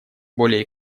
более